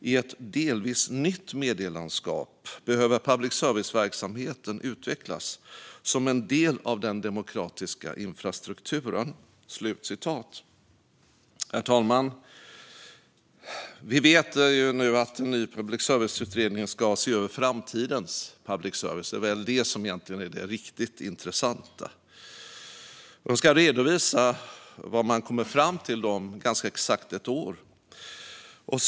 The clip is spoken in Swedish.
I ett delvis nytt medielandskap behöver public service-verksamheten utvecklas som en del av den demokratiska infrastrukturen." Herr talman! Vi vet att en ny public service-utredning ska se över framtidens public service, och det är väl det som är det riktigt intressanta. Om ganska exakt ett år ska man redovisa vad man kommit fram till.